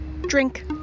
Drink